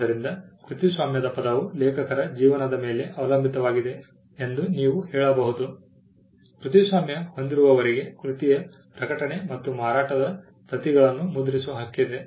ಆದ್ದರಿಂದ ಕೃತಿಸ್ವಾಮ್ಯದ ಪದವು ಲೇಖಕರ ಜೀವನದ ಮೇಲೆ ಅವಲಂಬಿತವಾಗಿದೆ ಎಂದು ನೀವು ಹೇಳಬಹುದು ಕೃತಿಸ್ವಾಮ್ಯ ಹೊಂದಿರುವವರಿಗೆ ಕೃತಿಯ ಪ್ರಕಟಣೆ ಮತ್ತು ಮಾರಾಟದ ಪ್ರತಿಗಳನ್ನು ಮುದ್ರಿಸುವ ಹಕ್ಕಿದೆ